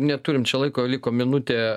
neturim čia laiko liko minutė